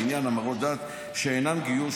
לעניין המרות דת שאינן גיור),